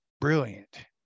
brilliant